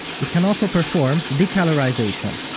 it can also perform decolorization.